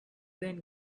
then